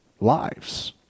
lives